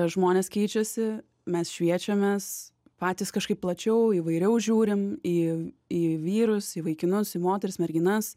žmonės keičiasi mes šviečiamės patys kažkaip plačiau įvairiau žiūrim į į vyrus į vaikinus į moteris merginas